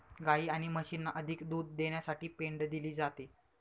गायी आणि म्हशींना अधिक दूध देण्यासाठी पेंड दिली जाते